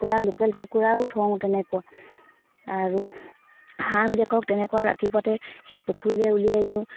কুকুৰা লোকেল কুকুৰাও থওঁ তেনেকুৱা আৰু হাঁহবিলাকক তেনেকুৱা ৰাতিপুৱাতে সেই পুখুৰীলৈ উলিয়াই দিওঁ